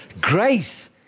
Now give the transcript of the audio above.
Grace